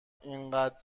اینقدر